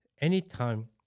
anytime